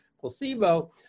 placebo